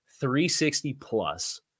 360-plus